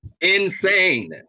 Insane